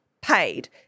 paid